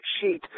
sheet